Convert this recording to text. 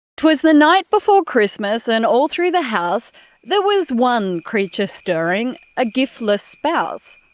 twas the night before christmas and all through the house there was one creature stirring, a gift-less spouse.